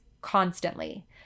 constantly